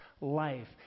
life